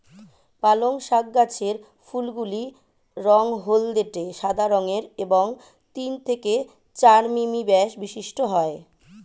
পালং শাক গাছের ফুলগুলি রঙ হলদেটে সাদা রঙের এবং তিন থেকে চার মিমি ব্যাস বিশিষ্ট হয়